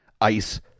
Ice